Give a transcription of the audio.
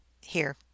Here